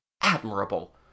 Admirable